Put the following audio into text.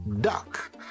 duck